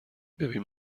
ببین